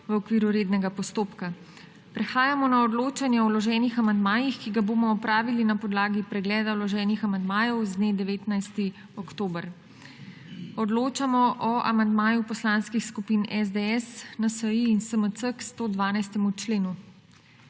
v okviru rednega postopka.** Prehajamo na odločanje o vloženih amandmajih, ki ga bomo opravili na podlagi pregleda vloženih amandmajev z dne 19. oktober. Odločamo o amandmaju poslanskih skupin SDS, NSi in SMC k 112. členu.